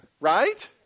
right